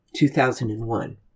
2001